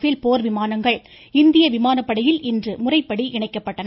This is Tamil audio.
பேல் போர் விமானங்கள் இந்திய விமானப்படையில் இன்று முறைப்படி இணைக்கப்பட்டன